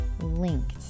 linked